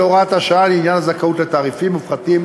הוראת השעה לעניין הזכאות לתעריפים מופחתים,